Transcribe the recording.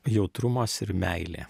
jautrumas ir meilė